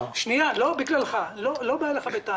לא בגלל ועדת הכספים, אני לא בא אל הוועדה בטענה.